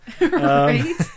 Right